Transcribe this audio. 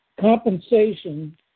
compensation